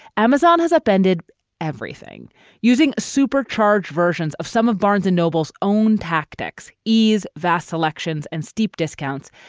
amazon has upended everything using supercharged versions of some of barnes and noble's own tactics, ease vast selections and steep discounts.